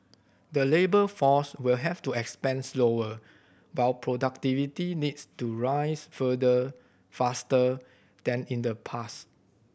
the labour force will have to expand slower while productivity needs to rise further faster than in the past